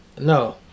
No